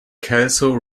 kelso